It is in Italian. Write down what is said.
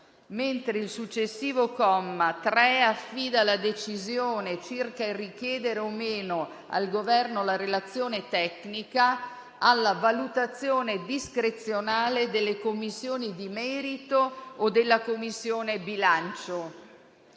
mentre il successivo comma 3 affida la decisione circa il richiedere o meno al Governo la relazione tecnica alla valutazione discrezionale delle Commissioni di merito o della Commissione bilancio.